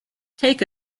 take